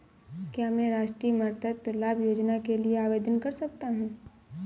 क्या मैं राष्ट्रीय मातृत्व लाभ योजना के लिए आवेदन कर सकता हूँ?